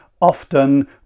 often